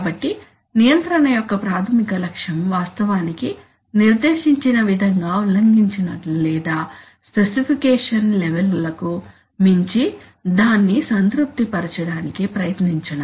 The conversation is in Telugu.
కాబట్టి నియంత్రణ యొక్క ప్రాథమిక లక్ష్యం వాస్తవానికి నిర్దేశించిన విధంగా ఉల్లంఘించినట్లు లేదా స్పెసిఫికేషన్ లెవెల్ లకు మించి దాన్ని సంతృప్తి పరచడానికి ప్రయత్నించడం